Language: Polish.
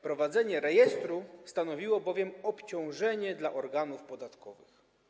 Prowadzenie rejestru stanowiło bowiem obciążenie dla organów podatkowych.